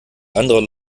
anderer